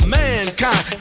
mankind